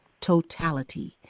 totality